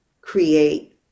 create